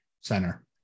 center